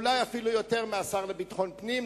אולי אפילו יותר משל השר לביטחון הפנים,